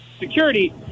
security